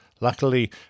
luckily